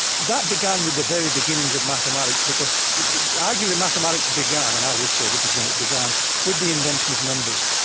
that began with the very beginnings of mathematics because arguably mathematics began and i would say this is when it began with the invention of numbers.